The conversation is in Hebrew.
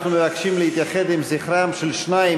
אנחנו מבקשים להתייחד עם זכרם של שניים